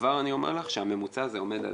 כבר אני אומר לך, שהממוצע עומד על